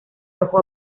rojo